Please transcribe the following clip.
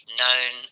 known